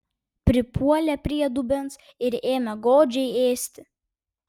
pripuolė prie dubens ir ėmė godžiai ėsti